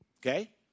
Okay